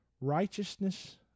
Righteousness